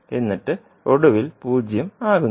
എന്നിട്ട് ഒടുവിൽ 0 ആകുന്നു